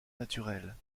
naturelle